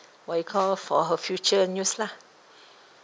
what you call for her future use lah